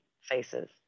faces